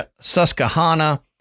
Susquehanna